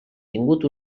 tingut